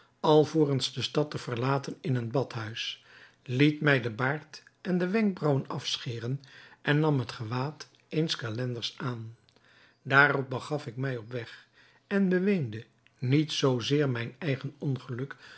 alvorens de stad te verlaten in een badhuis liet mij den baard en de wenkbraauwen afscheren en nam het gewaad eens calenders aan daarop begaf ik mij op weg en beweende niet zoo zeer mijn eigen ongeluk